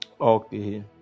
Okay